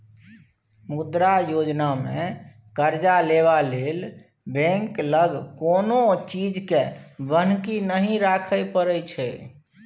मुद्रा योजनामे करजा लेबा लेल बैंक लग कोनो चीजकेँ बन्हकी नहि राखय परय छै